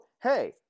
hey